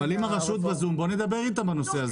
אבל אם הרשות בזום, בואו נדבר איתם על הנושא הזה.